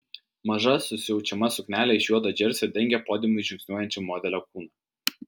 maža susiaučiama suknelė iš juodo džersio dengė podiumu žingsniuojančio modelio kūną